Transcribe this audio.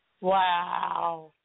Wow